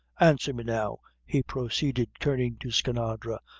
answer me now, he proceeded, turning to skinadre,